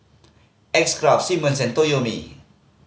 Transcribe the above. X Craft Simmons and Toyomi